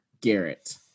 Garrett